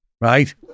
Right